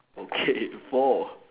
okay four